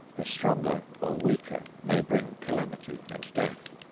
a stronger or weaker may bring calamity and death.